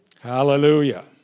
Hallelujah